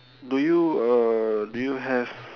do you uh do you have